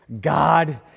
God